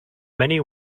many